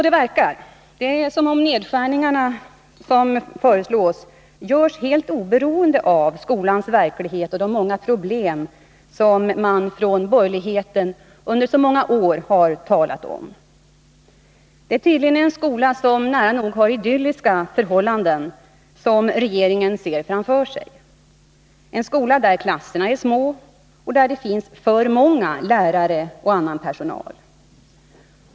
Det verkar som om de nedskärningar som föreslås görs helt oberoende av skolans verklighet och de många problem som man från borgerligheten under så många år har talat om. Det är tydligen en skola med nära nog idylliska förhållanden som regeringen ser framför sig — en skola, där klasserna är små och där det finns för många lärare och för mycket annan personal.